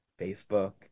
Facebook